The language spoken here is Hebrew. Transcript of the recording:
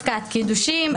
הפקעת קידושים,